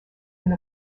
been